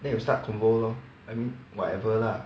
then you start to go lor I mean whatever lah